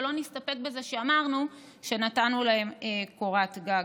ולא נסתפק בזה שאמרנו שנתנו להם קורת גג.